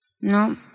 No